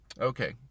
okay